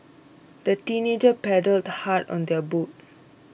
the teenagers paddled hard on their boat